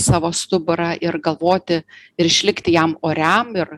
savo stuburą ir galvoti ir išlikti jam oriam ir